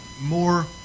more